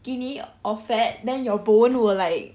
skinny or fat then your bone will like